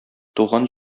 туган